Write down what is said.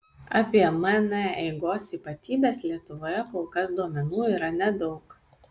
apie mn eigos ypatybes lietuvoje kol kas duomenų yra nedaug